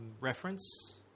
reference